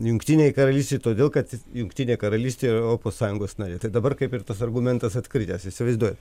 jungtinei karalystei todėl kad jungtinė karalystė yra europos sąjungos narė tai dabar kaip ir tas argumentas atkritęs įsivaizduojat